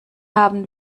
haben